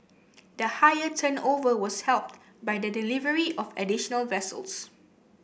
the higher turnover was helped by the delivery of additional vessels